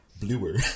bluer